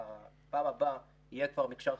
בפעם הבאה יהיה כבר מקשר חלופי,